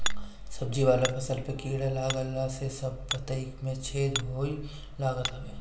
सब्जी वाला फसल पे कीड़ा लागला से सब पतइ में छेद होए लागत हवे